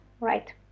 right